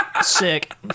Sick